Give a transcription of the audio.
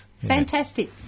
Fantastic